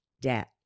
debt